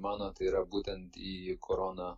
mano tai yra būtent į korona